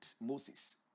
moses